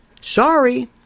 Sorry